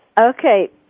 Okay